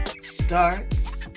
starts